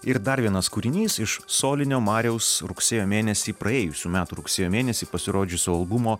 ir dar vienas kūrinys iš solinio mariaus rugsėjo mėnesį praėjusių metų rugsėjo mėnesį pasirodžiusio albumo